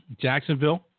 Jacksonville